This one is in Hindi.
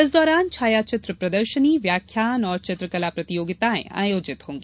इस दौरान छायाचित्र प्रदर्शनी व्याख्यान और चित्रकला प्रतियोगिताएं आयोजित होंगी